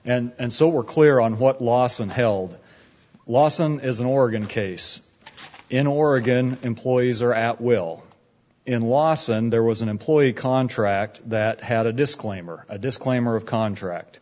and so we're clear on what lawson held lawson is an organ case in oregon employees are at will in loss and there was an employee contract that had a disclaimer a disclaimer of contract